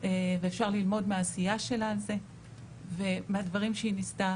ואפשר ללמוד מהעשייה שלה על זה ומהדברים שהיא ניסתה